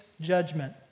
judgment